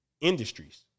industries